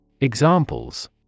Examples